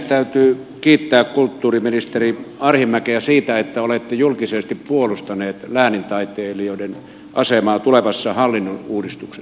täytyy kiittää kulttuuriministeri arhinmäkeä siitä että olette julkisesti puolustanut läänintaiteilijoiden asemaa tulevassa hallinnonuudistuksessa